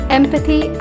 empathy